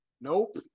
Nope